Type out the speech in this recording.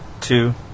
two